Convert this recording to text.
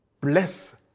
bless